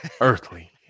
earthly